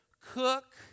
cook